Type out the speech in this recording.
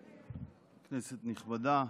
כנסת נכבדה,